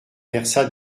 versa